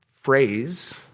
phrase